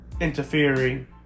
interfering